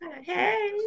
hey